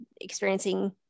experiencing